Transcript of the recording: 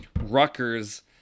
Rutgers